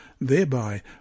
thereby